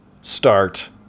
start